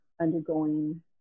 undergoing